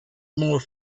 more